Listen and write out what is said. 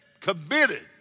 committed